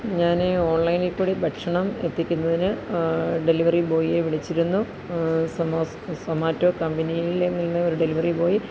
ഞാൻ ഓണ്ലൈനിൽ കൂടെ ഭക്ഷണം എത്തിക്കുന്നതിന് ഡെലിവറി ബോയിയെ വിളിച്ചിരുന്നു സൊമാസ് സോമാറ്റോ കമ്പനിയില് നിന്ന് ഒരു ഡെലിവറി ബോയ്